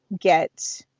get